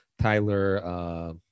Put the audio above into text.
tyler